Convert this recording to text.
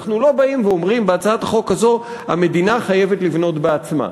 אנחנו לא באים ואומרים בהצעת החוק הזאת שהמדינה חייבת לבנות בעצמה.